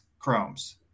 chromes